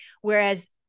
Whereas